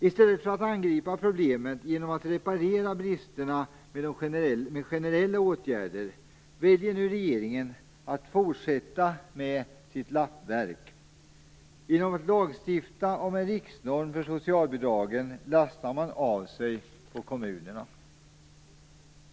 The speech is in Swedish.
I stället för att angripa problemet genom att reparera bristerna med generella åtgärder väljer nu regeringen att fortsätta med sitt lappverk. Genom att lagstifta om en riksnorm för socialbidragen lastar man av sig på kommunerna.